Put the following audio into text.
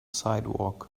sidewalk